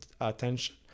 attention